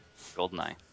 goldeneye